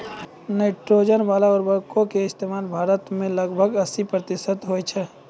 nitrogen बाला उर्वरको के इस्तेमाल भारत मे लगभग अस्सी प्रतिशत होय छै